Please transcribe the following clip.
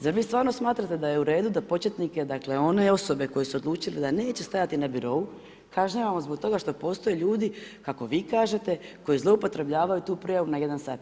Zar vi stvarno smatrate da je u redu da početnike, dakle one osobe koje su odlučile da neće stajati na birou, kažnjavamo zbog toga što postoje ljudi, kako vi kažete, koji zloupotrebljavaju tu prijavu na jedan sat?